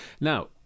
now